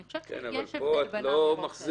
אני חושבת שיש הבדל בין האמירות האלה.